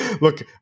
look